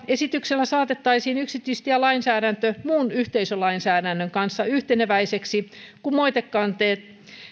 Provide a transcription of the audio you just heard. esityksellä saatettaisiin yksityistielainsäädäntö muun yhteisölainsäädännön kanssa yhteneväiseksi kun moitekanteet